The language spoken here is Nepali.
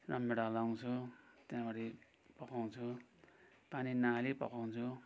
रमभेडा लाउँछु त्यहाँबाट पकाउँछु पानी नहाली पकाउँछु